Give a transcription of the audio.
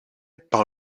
par